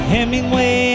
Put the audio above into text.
Hemingway